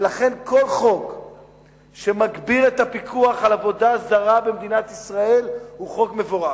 ולכן כל חוק שמגביר את הפיקוח על עבודה זרה במדינת ישראל הוא חוק מבורך.